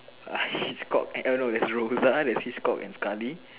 uh he's called Anna and there's hitchcock and scully